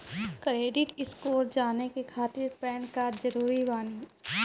Credit score जाने के खातिर पैन कार्ड जरूरी बानी?